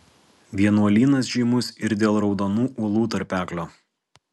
vienuolynas žymus ir dėl raudonų uolų tarpeklio